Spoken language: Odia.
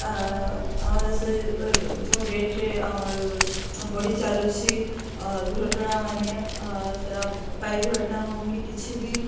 ଆମ ଦେଶରେ ଯେଉଁ ରେଟ୍ରେ ଆମର ବଢ଼ି ଚାଲୁଛି ଦୁର୍ଘଟଣା ମାନେ ସେଇଟା ପାଇଁ ଦୁର୍ଘଟଣା ହଉ କି କିଛି ବି